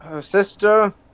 sister